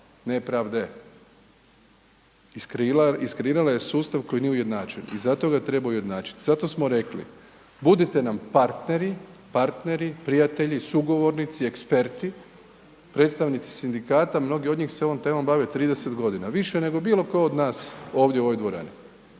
nepravde. Iskreirala je sustav koji nije ujednačen i zato ga treba ujednačiti. I zato smo rekli, budite nam partneri, partneri, prijatelji, sugovornici, eksperti, predstavnici sindikata, mnogi od njih se ovom temom bave 30 godina više nego bilo tko od nas ovdje u ovoj dvorani.